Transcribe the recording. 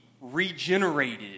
regenerated